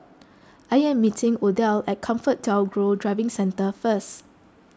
I am meeting Odile at ComfortDelGro Driving Centre first